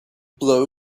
blow